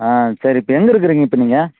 ஆ சரி இப்போ எங்கே இருக்கிறீங்க இப்போ நீங்கள்